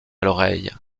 l’oreille